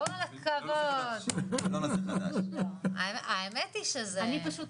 סעיף 13. מי בעד?